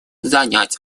занять